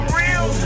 real